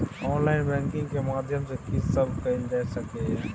Online banking के माध्यम सं की सब कैल जा सके ये?